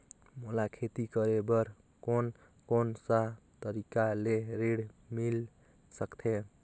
मोला खेती करे बर कोन कोन सा तरीका ले ऋण मिल सकथे?